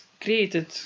created